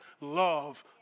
love